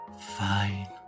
Fine